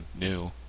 new